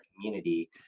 community